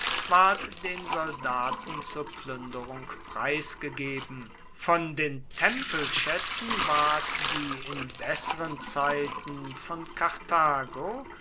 ward den soldaten zur plünderung preisgegeben von den tempelschätzen ward die in besseren zeiten von karthago